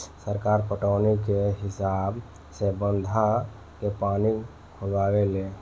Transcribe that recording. सरकार पटौनी के हिसाब से बंधा से पानी खोलावे ले